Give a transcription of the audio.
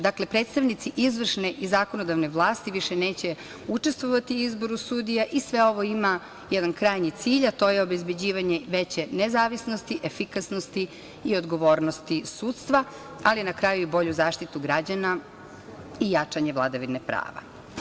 Dakle, predstavnici izvršne i zakonodavne vlasti više neće učestvovati u izboru sudija i sve ovo ima jedan krajnji cilj, a to je obezbeđivanje veće nezavisnosti, efikasnosti i odgovornosti sudstva, ali na kraju i bolju zaštitu građana i jačanja vladavine prava.